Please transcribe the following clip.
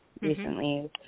Recently